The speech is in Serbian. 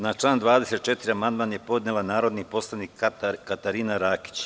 Na član 24. amandman je podnela narodni poslanik Katarina Rakić.